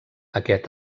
aquest